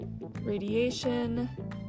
radiation